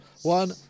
One